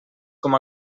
com